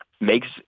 makes